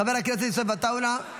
חבר הכנסת יוסף עטאונה,